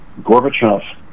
gorbachev